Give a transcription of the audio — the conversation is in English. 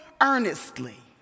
earnestly